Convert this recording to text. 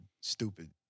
stupid